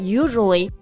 usually